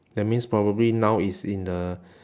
that means probably now it's in the